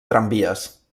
tramvies